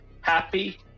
Happy